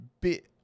bit